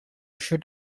should